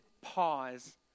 pause